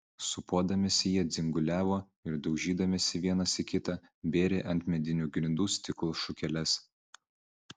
sūpuodamiesi jie dzinguliavo ir daužydamiesi vienas į kitą bėrė ant medinių grindų stiklo šukeles